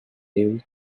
airy